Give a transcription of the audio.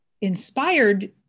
inspired